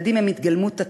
ילדים הם התגלמות הטוב.